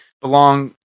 belong